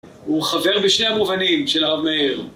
הוא חבר בשני המובנים של הרב מאיר